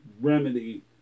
remedy